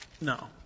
No